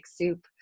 soup